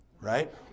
right